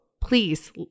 please